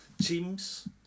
teams